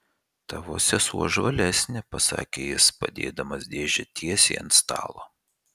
tavo sesuo žvalesnė pasakė jis padėdamas dėžę tiesiai ant stalo